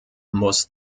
muss